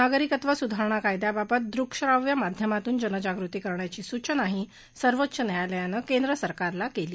नागरिकत्व सुधारणा कायद्याबाबत दृकश्राव्य माध्यमातून जनजागृती करण्याची सूचनाही सर्वोच्च न्यायालयानं केंद्र सरकारला केली